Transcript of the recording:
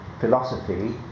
philosophy